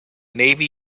navy